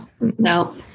No